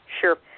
Sure